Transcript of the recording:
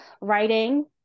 writing